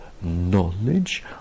knowledge